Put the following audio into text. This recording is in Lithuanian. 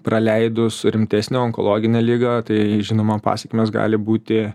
praleidus rimtesnę onkologinę ligą tai žinoma pasekmės gali būti